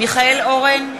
מיכאל אורן,